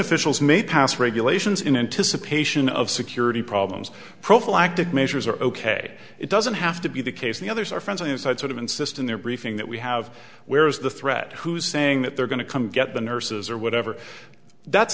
officials may pass regulations in anticipation of security problems prophylactic measures are ok it doesn't have to be the case the others are friends on the side sort of insist in their briefing that we have where is the threat who's saying that they're going to come get the nurses or whatever that's